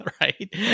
right